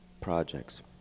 projects